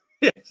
Yes